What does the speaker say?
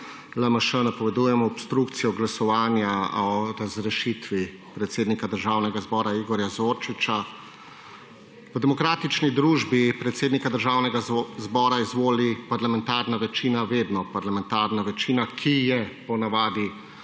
LMŠ napovedujemo obstrukcijo glasovanja o razrešitvi predsednika Državnega zbora Igorja Zorčiča. V demokratični družbi predsednika Državnega zbora izvoli parlamentarna večina vedno parlamentarna večina, ki je po navadi